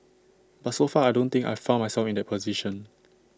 but so far I don't think I've found myself in that position